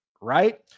right